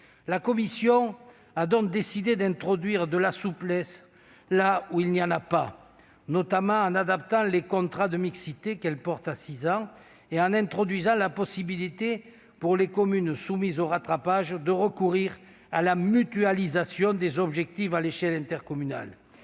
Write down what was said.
La commission a donc décidé d'introduire de la souplesse là où il n'y en a pas, notamment en adaptant les contrats de mixité, qu'elle porte à six ans, et en introduisant la possibilité pour les communes soumises au rattrapage de recourir à la mutualisation des objectifs à l'échelle intercommunale.